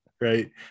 right